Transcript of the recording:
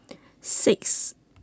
six